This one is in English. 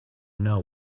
know